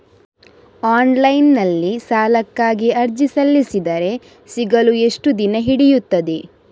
Online ನಲ್ಲಿ ಸಾಲಕ್ಕಾಗಿ ಅರ್ಜಿ ಸಲ್ಲಿಸಿದರೆ ಸಿಗಲು ಎಷ್ಟು ದಿನ ಹಿಡಿಯುತ್ತದೆ?